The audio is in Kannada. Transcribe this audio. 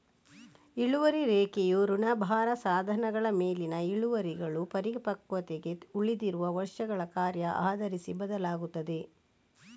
ಇಳುವರಿ ರೇಖೆಯು ಋಣಭಾರ ಸಾಧನಗಳ ಮೇಲಿನ ಇಳುವರಿಗಳು ಪರಿಪಕ್ವತೆಗೆ ಉಳಿದಿರುವ ವರ್ಷಗಳ ಕಾರ್ಯ ಆಧರಿಸಿ ಬದಲಾಗುತ್ತದೆ